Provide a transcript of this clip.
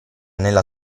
nella